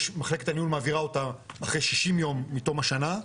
מחלקת הניהול מעבירה אותם אחרי 60 ימים מתום השנה,